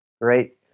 Great